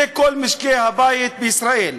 זה כל משקי הבית בישראל.